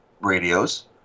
radios